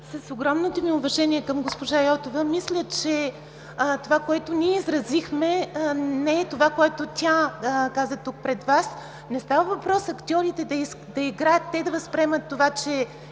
С огромното ми уважение към госпожа Йотова, мисля, че това, което ние изразихме, не е това, което тя каза тук пред Вас. Не става въпрос актьорите да възприемат това, че